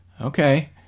okay